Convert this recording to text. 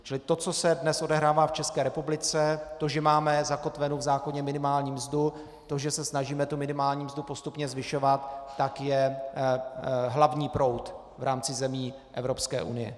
Čili to, co se dnes odehrává v České republice, to, že máme zakotvenu v zákoně minimální mzdu, to, že se snažíme tu minimální mzdu postupně zvyšovat, tak je hlavní proud v rámci zemí Evropské unie.